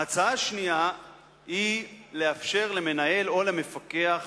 ההצעה השנייה היא לאפשר למנהל או למפקח